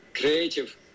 creative